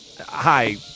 Hi